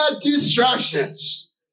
distractions